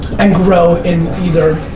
and grow in either,